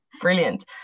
Brilliant